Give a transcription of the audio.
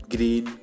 Green